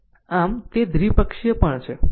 આમ તે દ્વિપક્ષીય પણ છે